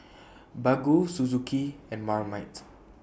Baggu Suzuki and Marmite